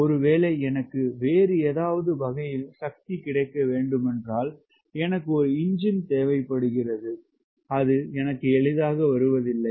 ஒருவேளை எனக்கு வேறு ஏதாவது வகையில் சக்தி கிடைக்க வேண்டுமென்றால் எனக்கு ஒரு இஞ்சின் தேவைப்படுகிறது அது எனக்கு எளிதாக வருவதில்லை